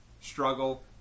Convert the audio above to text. struggle